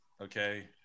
Okay